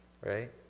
right